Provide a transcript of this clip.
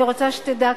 אני רוצה שתדע,